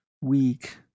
weak